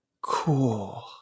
Cool